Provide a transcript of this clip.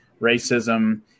racism